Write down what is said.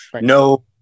no